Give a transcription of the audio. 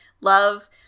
love